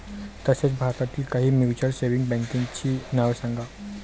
तसेच भारतातील काही म्युच्युअल सेव्हिंग बँकांची नावे सांगा